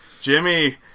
Jimmy